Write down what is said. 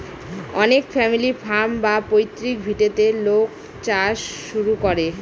অনেক family farm বা পৈতৃক ভিটেতে লোক চাষ শুরু করে